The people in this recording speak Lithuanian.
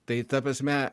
tai ta prasme